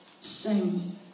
Sing